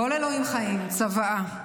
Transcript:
קול אלוהים חיים, צוואה.